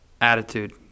attitude